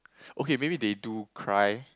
okay maybe they do cry